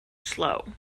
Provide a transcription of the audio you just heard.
slow